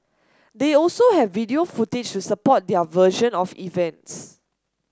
they also have video footage to support their version of events